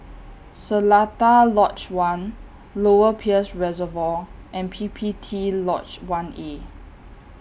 Seletar Lodge one Lower Peirce Reservoir and P P T Lodge one A